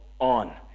on